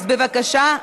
אז בבקשה,